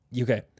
Okay